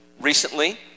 recently